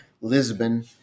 Lisbon